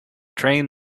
train